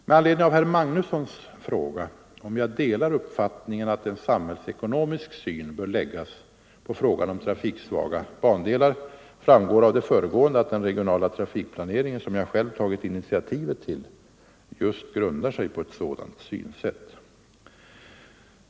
Med anledning av herr Magnussons i Kristinehamn fråga, om jag delar uppfattningen att en samhällsekonomisk syn bör läggas på frågan om trafiksvaga bandelar, vill jag påpeka att det framgår av det föregående, att den regionala trafikplaneringen, som jag själv tagit initiativet till, just grundar sig på ett sådant synsätt.